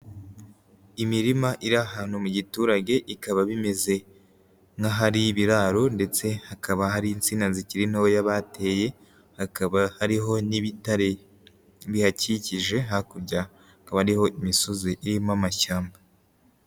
Imirima iri ahantu mu giturage ikaba bimeze nk'ahari ibiraro ndetse hakaba hari insina zikiri ntoya bateye, hakaba hariho n'ibitare bihakikije, hakurya hakaba hariho imisozi irimo amashyamba.